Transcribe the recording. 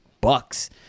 bucks